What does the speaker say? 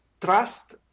trust